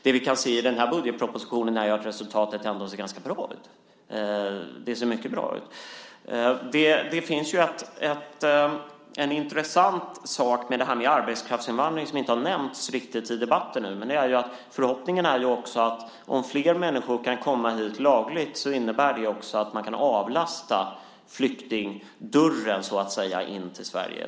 Det vi kan se i budgetpropositionen är att resultatet ändå ser ganska bra ut. Det ser mycket bra ut. Det finns en intressant sak med arbetskraftsinvandring som inte har nämnts riktigt i debatten. Förhoppningen är att om flera människor kan komma hit lagligt innebär det också att man så att säga kan avlasta flyktingdörren in till Sverige.